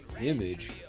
image